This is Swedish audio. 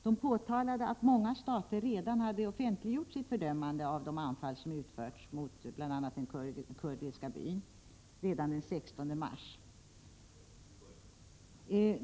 De framhöll att många stater redan hade offentliggjort sitt fördömande av de anfall som utförts mot bl.a. den kurdiska byn den 16 mars.